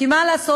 מה לעשות,